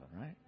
right